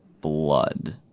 blood